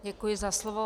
Děkuji za slovo.